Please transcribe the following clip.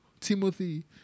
Timothy